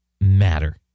matter